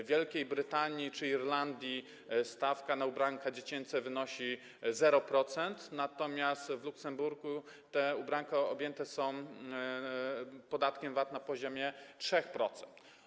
W Wielkiej Brytanii czy Irlandii stawka podatku na ubranka dziecięce wynosi 0%, natomiast w Luksemburgu te ubranka są objęte podatkiem VAT na poziomie 3%.